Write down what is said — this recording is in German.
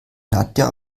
nadja